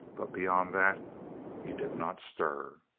but beyond that he did not stir.